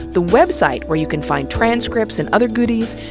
the website, where you can find transcripts and other goodies,